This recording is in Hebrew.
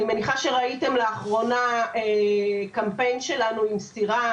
אני מניחה שראיתם לאחרונה קמפיין שלנו עם סירה,